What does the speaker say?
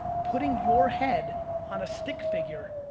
putting your head on a stick figure,